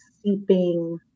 seeping